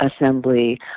assembly